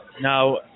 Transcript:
now